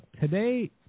today